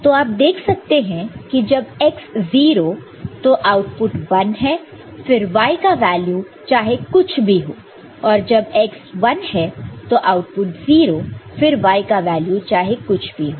तो आप देख सकते हैं कि जब x 0 तो आउटपुट 1 है फिर y का वैल्यू चाहे कुछ भी हो और जब x 1 है तो आउटपुट 0 फिर y का वैल्यू चाहे कुछ भी हो